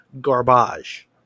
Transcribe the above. garbage